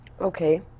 Okay